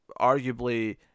arguably